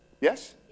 Yes